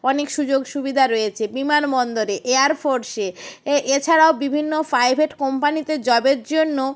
অনেক সুযোগ সুবিধা রয়েছে বিমানবন্দরে এয়ারফোর্সে এ এছাড়াও বিভিন্ন প্রাইভেট কোম্পানিতে জবের জন্য